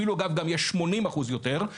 יש גם 80% יותר.